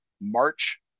March